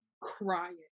crying